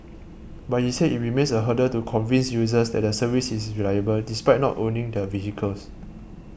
but he said it remains a hurdle to convince users that the service is reliable despite not owning the vehicles